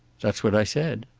that's what i said.